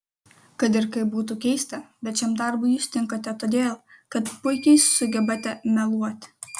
kad ir kaip būtų keista bet šiam darbui jūs tinkate todėl kad puikiai sugebate meluoti